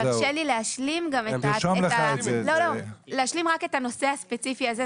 תרשה לי להשלים רק את הנושא הספציפי הזה,